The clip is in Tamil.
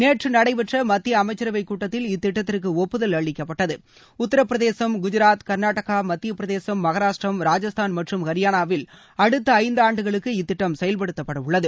நேற்று நடைபெற்ற மத்திய அமைச்சரவை கூட்டத்தில் இத்திட்டத்திற்கு ஒப்புதல் அளிக்கப்பட்டது உத்தரப்பிரதேசம் குஜராத் கர்நாடகா மத்தியப்பிரதேசம் மகாராஷ்டிரம் ராஜஸ்தான் மற்றம் ஹரியானாவில் அடுத்த ஐந்தாண்டுகளுக்கு இத்திட்டம் செயல்படுத்தப்படவுள்ளது